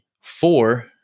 four